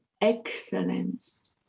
excellence